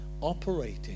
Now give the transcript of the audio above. operating